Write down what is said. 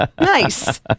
Nice